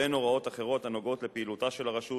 והן הוראות אחרות הנוגעות לפעילותה של הרשות